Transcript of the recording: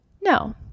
No